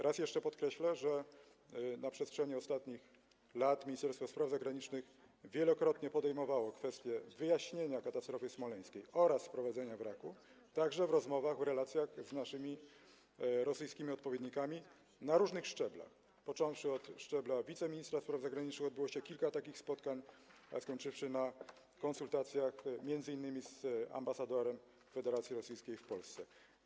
Raz jeszcze podkreślę, że na przestrzeni ostatnich lat Ministerstwo Spraw Zagranicznych wielokrotnie podejmowało kwestię wyjaśnienia katastrofy smoleńskiej oraz sprowadzenia wraku, także w rozmowach, w relacjach z naszymi rosyjskimi odpowiednikami na różnych szczeblach, począwszy od szczebla wiceministra spraw zagranicznych - odbyło się kilka takich spotkań - a skończywszy na konsultacjach m.in. z ambasadorem Federacji Rosyjskiej w Polsce.